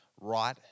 right